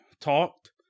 talked